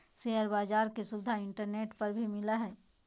share बाज़ार के सुविधा इंटरनेट पर भी मिलय हइ